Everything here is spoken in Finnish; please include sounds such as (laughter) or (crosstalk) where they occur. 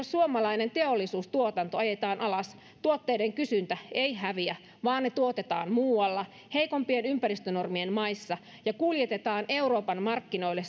(unintelligible) suomalainen teollisuustuotanto ajetaan alas tuotteiden kysyntä ei häviä vaan ne tuotetaan muualla heikompien ympäristönormien maissa ja kuljetetaan euroopan markkinoille (unintelligible)